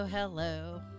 Hello